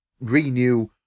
renew